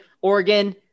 Oregon